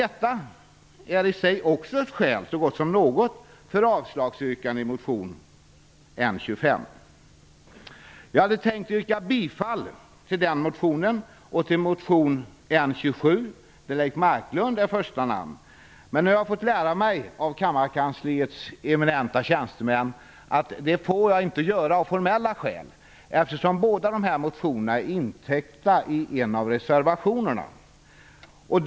Detta är i sig ett skäl så gott som något för att yrka avslag på motion N25. Jag hade tänkt yrka bifall till motion N25 och till motion N27, vilken har Leif Marklund som första namn. Men jag har fått lära mig av kammarkansliets eminenta tjänstemän att jag av formella skäl inte kan göra det. Anledningen är att båda motionerna täcks in av reservation 2.